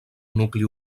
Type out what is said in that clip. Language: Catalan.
nucli